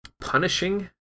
punishing